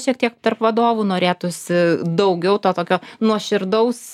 šiek tiek tarp vadovų norėtųsi daugiau to tokio nuoširdaus